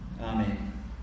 Amen